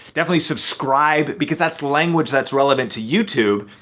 definitely subscribe, because that's language that's relevant to youtube,